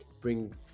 bring